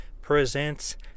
presents